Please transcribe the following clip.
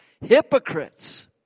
hypocrites